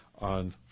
on